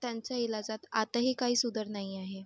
त्यांच्या इलाजात आताही काही सुधार नाही आहे